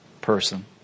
person